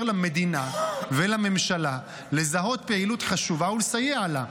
למדינה ולממשלה לזהות פעילות חשובה ולסייע לה,